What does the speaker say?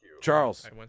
Charles